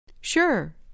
Sure